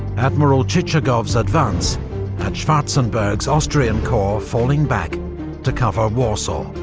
admiral chichagov's advance had schwarzenberg's austrian corps falling back to cover warsaw.